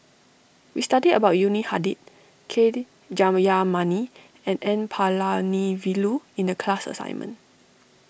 we studied about Yuni Hadi K D Jayamani and N Palanivelu in the class assignment